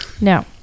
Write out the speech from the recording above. No